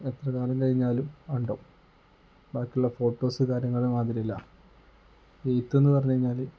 എത്ര കാലം കഴിഞ്ഞാലും ണ്ടും ബാക്കിയുള്ള ഫോട്ടോസ് കാര്യങ്ങളും മാതിരിയല്ല എഴുത്ത് എന്നു പറഞ്ഞു കഴിഞ്ഞാൽ